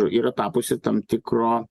yra tapusi tam tikro